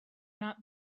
not